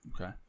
Okay